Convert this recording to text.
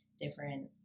different